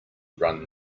run